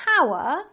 power